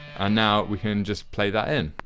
and now we can just play that in.